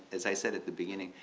as i said at the beginning,